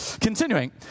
Continuing